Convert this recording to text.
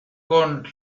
con